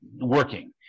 working